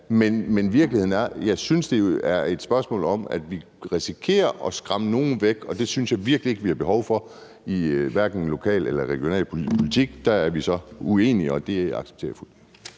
er et spørgsmål om, at vi risikerer at skræmme nogle væk, og det synes jeg virkelig ikke vi har behov for, hverken i lokal- eller regionalpolitik. Der er vi så uenige, og det accepterer jeg fuldt